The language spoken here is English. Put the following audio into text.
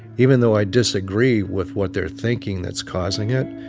even though i disagree with what they're thinking that's causing it.